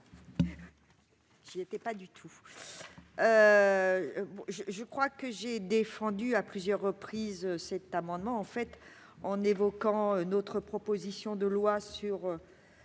Qui n'était pas du tout. Bon je je crois que j'ai défendu à plusieurs reprises cet amendement en fait en évoquant notre proposition de loi sur